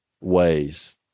ways